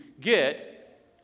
get